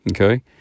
Okay